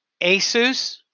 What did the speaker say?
Asus